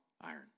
iron